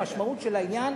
המשמעות של העניין,